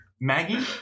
Maggie